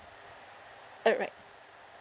alright